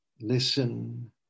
listen